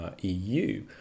EU